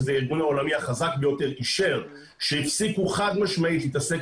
שזה הארגון העולמי החזק ביותר אישר שהפסיקו חד משמעית להתעסק